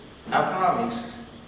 economics